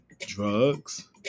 drugs